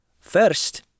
First